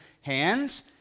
hands